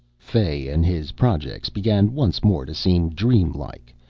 fay and his projects began once more to seem dreamlike,